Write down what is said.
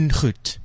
goed